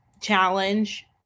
challenge